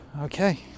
okay